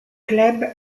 club